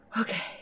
Okay